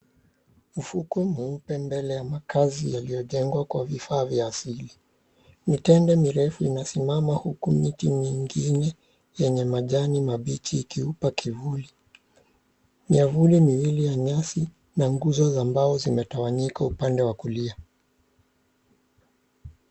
Ufukwe mweupe mbele ya makazi yaliyojengwa kwa vifaa vya asili. Mitende mirefu inasimama huku miti mingine yenye majani mabichi ikimpaa kivuli. Miavuli miwili ya nyasi na nguzo za mbao zimetawanyika upande wa kulia.